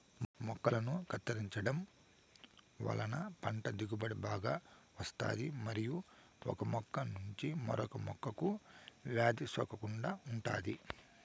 మొక్కలను కత్తిరించడం వలన పంట దిగుబడి బాగా వస్తాది మరియు ఒక మొక్క నుంచి మరొక మొక్కకు వ్యాధి సోకకుండా ఉంటాది